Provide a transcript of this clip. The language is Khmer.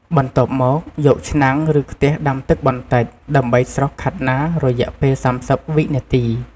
បន្ទាប់មក យកឆ្នាំងឬខ្ទះដាំទឹកបន្តិច ដើម្បីស្រុះខាត់ណារយៈពេល៣០វិនាទី។